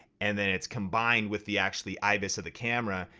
and then it's combined with the actually ibis of the camera.